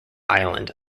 island